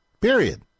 period